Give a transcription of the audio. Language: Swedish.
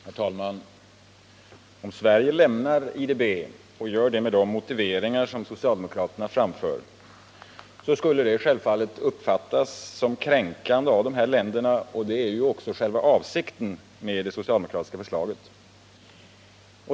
Herr talman! Om Sverige lämnar IDB med de motiveringar som socialdemokraterna framför, skulle detta självfallet uppfattas som kränkande av de ifrågavarande länderna, och det är ju också själva avsikten med det socialdemokratiska förslaget.